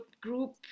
group